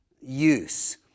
use